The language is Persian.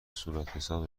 صورتحساب